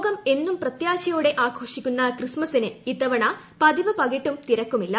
ലോകം എന്നും പ്രത്യാശയോടെ ആഘോഷിക്കുന്ന ക്രിസ്മസിന് ഇത്തവണ പക്ഷെ പതിവ് പകിട്ടും തിരക്കുമില്ല